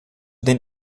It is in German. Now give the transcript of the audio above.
den